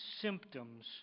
symptoms